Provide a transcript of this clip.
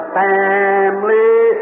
family